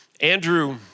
Andrew